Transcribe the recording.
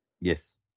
yes